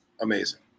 Amazing